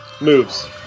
moves